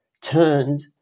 turned